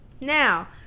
Now